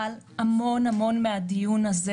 אבל המון המון מהדיון הזה,